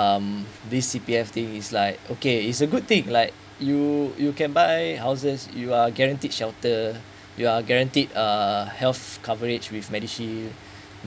um this C_P_F thing is like okay it's a good thing like you you can buy houses you are guaranteed shelter you are guaranteed uh health coverage with medishield